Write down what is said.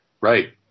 Right